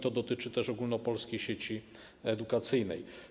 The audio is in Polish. To dotyczy też Ogólnopolskiej Sieci Edukacyjnej.